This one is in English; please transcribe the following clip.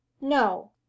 no